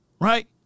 Right